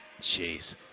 Jeez